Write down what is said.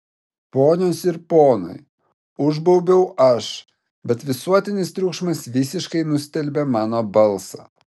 ponios ir ponai užbaubiau aš bet visuotinis triukšmas visiškai nustelbė mano balsą